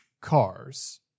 cars